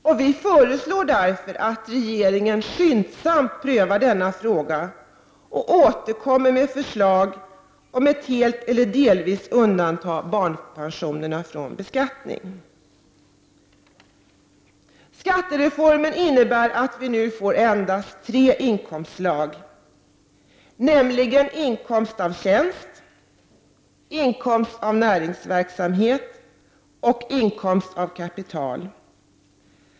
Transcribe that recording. Utskottet föreslår därför att regeringen skyndsamt prövar denna fråga och återkommer med förslag om att helt eller delvis undanta barnpensionerna från beskattning. Skattereformen innebär att vi nu får endast tre inkomstslag, nämligen inkomst av tjänst, inkomst av näringsverksamhet och inkomst av kapital.